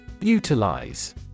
Utilize